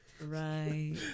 Right